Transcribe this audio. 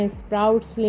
sprouts